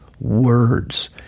words